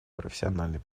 профессиональной